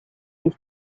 des